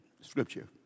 Scripture